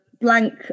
Blank